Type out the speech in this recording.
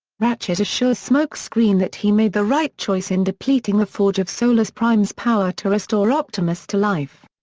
ratchet assures smokescreen that he made the right choice in depleting the forge of solus prime's power to restore optimus to life.